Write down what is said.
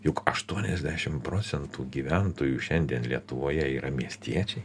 juk aštuoniasdešim procentų gyventojų šiandien lietuvoje yra miestiečiai